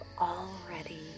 already